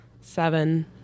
seven